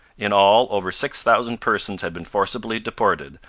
in all, over six thousand persons had been forcibly deported,